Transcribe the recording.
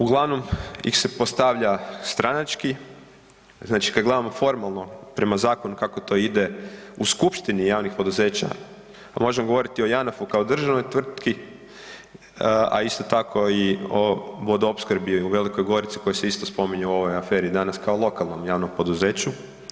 Uglavnom ih se postavlja stranački, znači kad gledamo formalno prema zakonu kako to ide u skupštini javnih poduzeća pa možemo govoriti o JANAF-u kao državnoj tvrtki, a isto tako i o Vodoopskrbi u Velikoj Gorici koja se isto spominje u ovoj aferi danas kao lokalnom javnom poduzeću.